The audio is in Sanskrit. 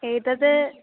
एतत्